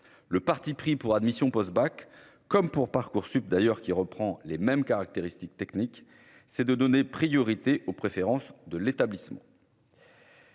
le parti pris pour admission post-bac, comme pour Parcoursup d'ailleurs, qui reprend les mêmes caractéristiques techniques, c'est de donner priorité aux préférences de l'établissement.